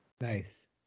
nice